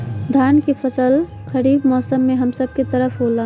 धान के फसल खरीफ मौसम में हम सब के तरफ होला